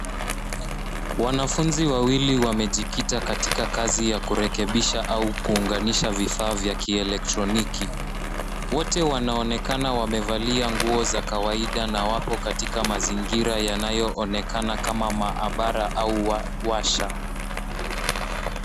Wanafunzi wawili wamejikita katika kazi ya kurekebisha au kuunganisha vifaa vya kielektroniki. Wote wanaonekana wamevalia nguo za kawaida na wapo katika mazingira yanayoonekana kama maabara au warsha.